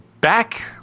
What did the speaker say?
back